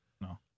No